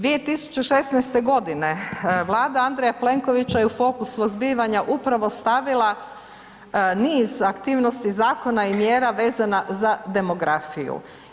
2016. godina vlada Andreja Plenkovića je u fokusu zbivanja upravo stavila niz aktivnosti zakona i mjera vezana za demografiju.